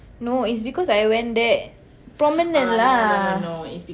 no it's because I went there prominent lah